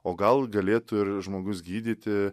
o gal galėtų ir žmogus gydyti